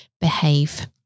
behave